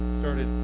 started